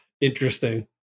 Interesting